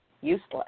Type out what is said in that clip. useless